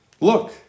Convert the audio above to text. Look